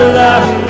love